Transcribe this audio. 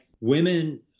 women-